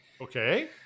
Okay